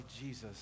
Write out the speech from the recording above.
Jesus